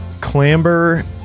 clamber